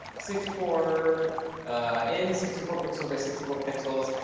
sixty four in, sixty four pixels by sixty four pixels,